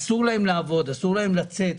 אסור להם לעבוד, אסור להם לצאת.